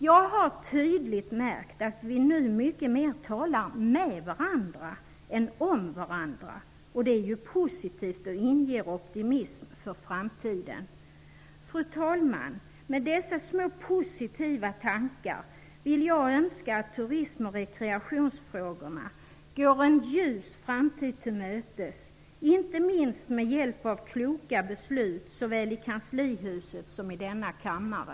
Jag har tydligt märkt att vi nu mycket mer talar med varandra än om varandra, och det är ju positivt och inger optimism för framtiden. Fru talman! Genom dessa små positiva tankar vill jag framföra min önskan att turism och rekreationsfrågorna skall gå en ljus framtid till mötes, inte minst med hjälp av kloka beslut såväl i kanslihuset som i denna kammare.